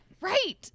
Right